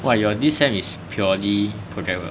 !wah! your this sem is purely project work